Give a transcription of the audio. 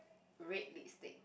red lipstick